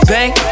Bang